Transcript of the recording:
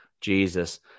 Jesus